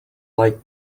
like